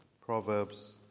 Proverbs